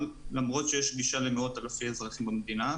למרות שיש גישה למאות אלפי אזרחים במדינה.